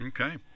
Okay